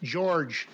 George